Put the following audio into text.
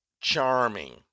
charming